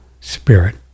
spirit